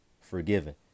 forgiven